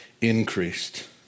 increased